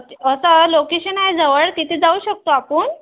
असं लोकेशन आहे जवळ तिथे जाऊ शकतो आपण